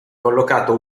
collocato